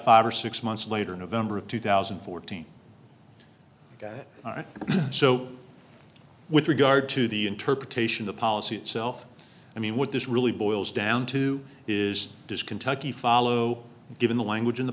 five or six months later in november of two thousand and fourteen all right so with regard to the interpretation of policy itself i mean what this really boils down to is does kentucky follow given the language in the